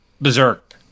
Berserk